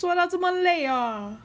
做到这么累哦